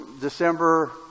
December